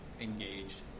engaged